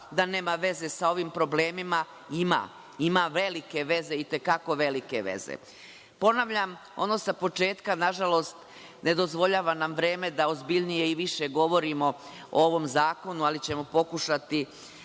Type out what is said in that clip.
da nema veze sa ovim problemima, ima. Ima velike veze i te kako velike veze. Ponavljam, ono sa početka, nažalost vreme nam ne dozvoljava da ozbiljnije i više govorimo o ovom zakonu, ali ćemo pokušati